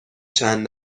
چند